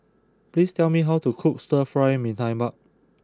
please tell me how to cook Stir Fry Mee Tai Mak